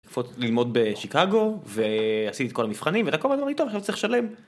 ללמוד בשיקגו ועשיתי את כל המבחנים. ואתה כל הזמן אומר לי, טוב עכשיו אתה צריך לשלם